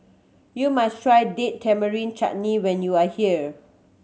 you must try Date Tamarind Chutney when you are here